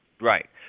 Right